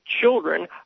children